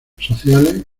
sociales